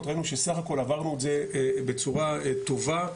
ראינו שסך הכל עברנו את זה בצורה טובה,